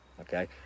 Okay